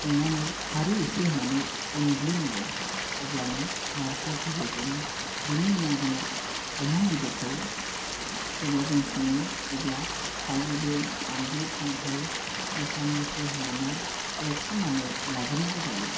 संनानै खारै एसे होनानै उनग्लिनांगौ अब्लानो नार्जिया गेब्लेजोबो बेनि उनाव जोङो अमा बेदरखौ जेब्ला जों सङो अब्ला थाव गुबै बानलु संख्रि मस्ला मस्लि होनानै एवफ्रामनानै लागोरनांगौ जायो